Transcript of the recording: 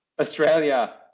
Australia